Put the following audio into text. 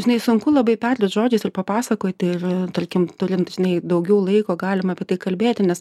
žinai sunku labai perduot žodžiais ir papasakoti ir tarkim turint žinai daugiau laiko galim apie tai kalbėti nes